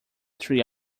three